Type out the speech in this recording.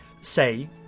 say